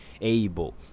able